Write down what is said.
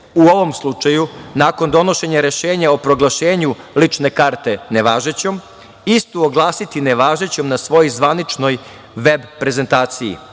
u ovom slučaju nakon donošenja rešenja o proglašenju lične karte nevažećom istu oglasiti nevažećom na svojoj zvaničnoj veb prezentaciji.